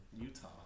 Utah